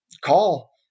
call